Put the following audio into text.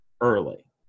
early